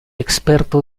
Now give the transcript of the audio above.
experto